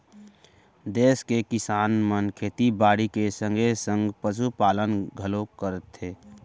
देस के किसान मन खेती बाड़ी के संगे संग पसु पालन घलौ करथे